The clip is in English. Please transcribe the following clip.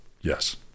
yes